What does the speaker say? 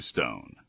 Stone